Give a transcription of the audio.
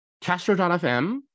Castro.fm